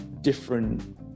different